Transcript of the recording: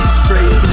straight